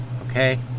Okay